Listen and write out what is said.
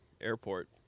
airport